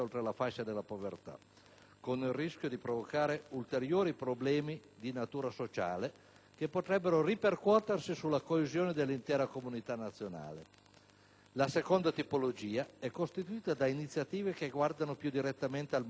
con il rischio di provocare ulteriori problemi di natura sociale che potrebbero ripercuotersi sulla coesione dell'intera comunità nazionale. La seconda è costituita da iniziative che guardano più direttamente al mondo del lavoro e dell'impresa